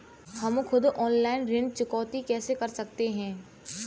हम खुद ऑनलाइन ऋण चुकौती कैसे कर सकते हैं?